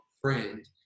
friend